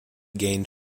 gained